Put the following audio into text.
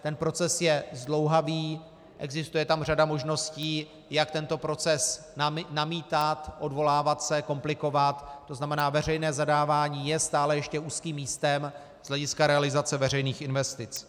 Ten proces je zdlouhavý, existuje tam řada možností, jak tento proces namítat, odvolávat se, komplikovat, tzn. veřejné zadávání je stále ještě úzkým místem z hlediska realizace veřejných investic.